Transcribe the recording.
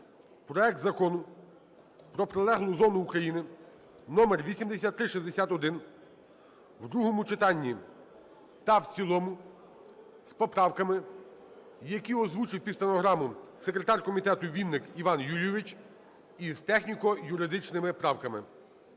проект Закону про прилеглу зону України № 8361 в другому читанні та в цілому з поправками, які озвучив під стенограму секретар комітету Вінник Іван Юлійович і з техніко-юридичними правками.